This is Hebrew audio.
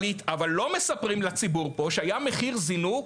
אבל לא מספרים לציבור פה שהיה מחיר זינוק,